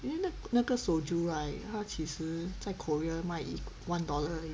因为那那个 soju right 它其实在 Korea 卖 one dollar 而已